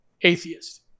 atheist